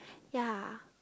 ya